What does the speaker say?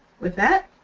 with that,